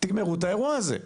תגמרו את האירוע הזה.